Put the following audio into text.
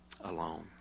alone